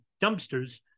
dumpsters